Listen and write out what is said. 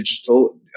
digital